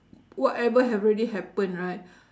whatever have already happen right